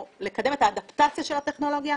או לקדם את האדפטציה של הטכנולוגיה.